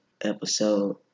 episode